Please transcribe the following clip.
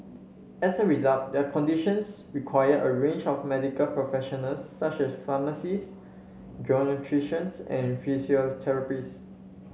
as a result their conditions require a range of medical professionals such as pharmacists geriatricians and physiotherapists